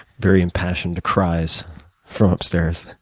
very impassioned cries from upstairs.